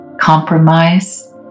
compromise